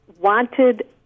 wanted